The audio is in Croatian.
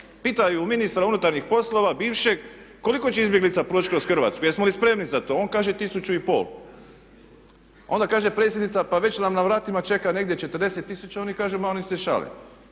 Pitaju ministra unutarnjih poslova bivšeg koliko će izbjeglica proći kroz Hrvatsku, jesmo li spremni za to. On kaže tisuću i pol. Onda kaže predsjednica, pa već nam na vratima čeka negdje 40 tisuća. Oni kažu ma oni se šale.